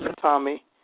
Tommy